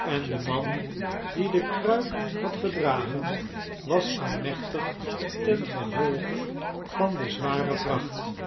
en de man die de kruik had gedragen was aiiiechtig tengevolge van de zware vracht